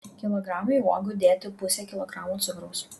kilogramui uogų dėti pusę kilogramo cukraus